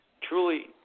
truly